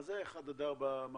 מה זה 4-1 לשימור?